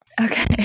Okay